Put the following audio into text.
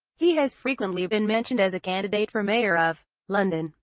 he has frequently been mentioned as a candidate for mayor of london,